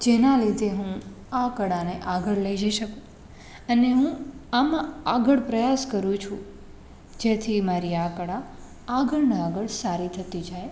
જેના લીધે હું આ કળાને આગળ લઈ જઈ શકું અને હું આમાં આગળ પ્રયાસ કરું છું જેથી મારી આ કળા આગળને આગળ સારી થતી જાય